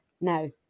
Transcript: no